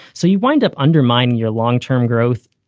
so you wind up undermining your long term growth.